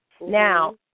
Now